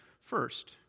first